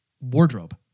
wardrobe